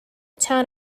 town